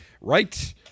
right